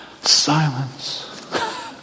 silence